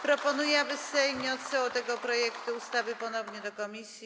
Proponuję, aby Sejm nie odsyłał tego projektu ustawy ponownie do komisji.